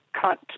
cut